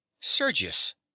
sergius